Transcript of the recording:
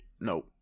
No